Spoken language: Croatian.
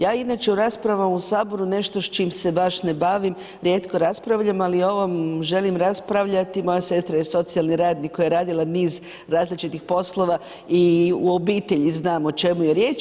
Ja inače u raspravama u ovom Saboru nešto s čim se baš ne bavim, rijetko raspravljam, ali o ovom želim raspravljati, moja sestra je socijalni radnik koja je radila niz različitih poslova i u obitelji znam o čemu je riječ.